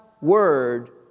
word